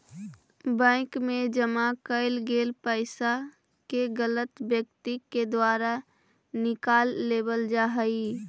bank मैं जमा कैल गेल पइसा के गलत व्यक्ति के द्वारा निकाल लेवल जा हइ